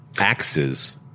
axes